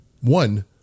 one